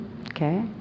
Okay